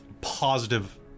positive